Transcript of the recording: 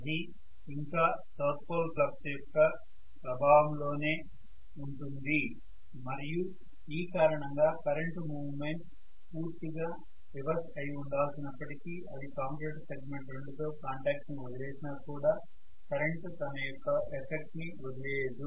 అది ఇంకా south pole flux యొక్క ప్రభావం లోనే ఉంటుంది మరియు ఈ కారణంగా కరెంటు మూవ్మెంట్ పూర్తిగా రివర్స్ అయి ఉండాల్సినప్పటికీ అది కామ్యుటేటర్ సెగ్మెంట్ 2 తో కాంటాక్ట్ ని వదిలేసినా కూడా కరెంటు తన యొక్క ఎఫెక్ట్ ని వదిలేయదు